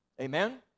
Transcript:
Amen